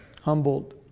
humbled